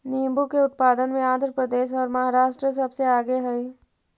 नींबू के उत्पादन में आंध्र प्रदेश और महाराष्ट्र सबसे आगे हई